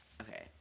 okay